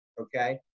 okay